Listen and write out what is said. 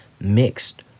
mixed